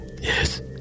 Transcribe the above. Yes